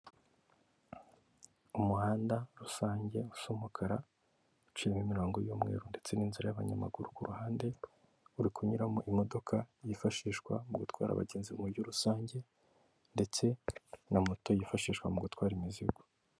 Umuhanda rusange usu umukara uciyemo imirongo y'umweru ndetse n'inzira y'abanyamaguru ku ruhande. Urikunyuramo imodoka yifashishwa mu gutwara abagenzi mu buryo rusange, ndetse na moto yifashishwa mu gutwara imizigo.